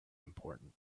important